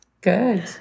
good